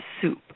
soup